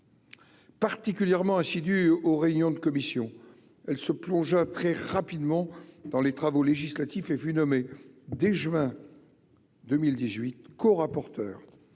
Particulièrement assidus aux réunions de commission, elle se plongea très rapidement dans les travaux législatifs et fut nommé dès juin 2018 corapporteur